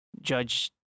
judge